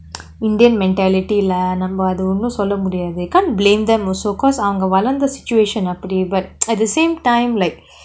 indian mentality lah நம்ம அத ஒன்னும் சொல்ல முடியாது:namma atha onnum solla mudiyaathu can't blame them also because அவுங்க வளந்த:avunga valantha situation அப்பாடி:appaadi but at the same time like